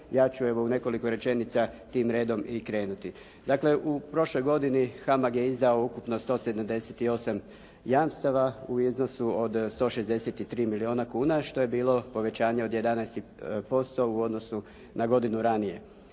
ja ću evo u nekoliko rečenica tim redom i krenuti. Dakle u prošloj godini HAMAG je izdao ukupno 178 jamstava u iznosu od 163 milijuna kuna što je bilo povećanje od 11% u odnosu na godinu ranije.